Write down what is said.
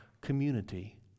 community